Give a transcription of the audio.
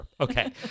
Okay